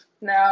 No